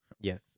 Yes